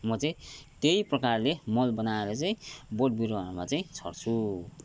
म चाहिँ त्यही प्रकारले मल बनाएर चाहिँ बोट बिरुवामा चाहिँ छर्छु